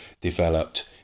developed